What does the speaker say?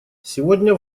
сегодня